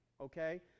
okay